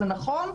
זה נכון,